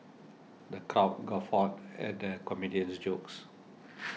the crowd guffawed at the comedian's jokes